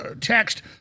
text